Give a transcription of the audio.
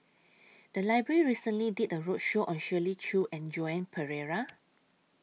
The Library recently did A roadshow on Shirley Chew and Joan Pereira